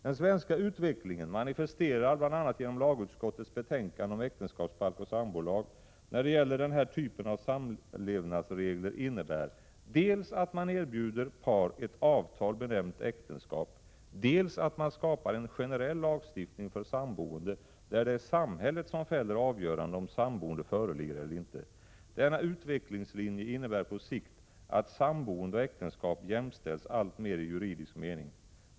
Den svenska utvecklingen, manifesterad bl.a. genom lagutskottets betänkande om äktenskapsbalk och sambolag, innebär när det gäller den här typen av samlevnadsregler dels att man erbjuder par ett avtal benämnt äktenskap, dels att man skapar en generell lagstiftning för samboende, där det är samhället som fäller avgörandet om samboende föreligger eller inte. Denna utvecklingslinje innebär på sikt att samboende och äktenskap jämställs alltmer i juridisk mening.